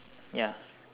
ya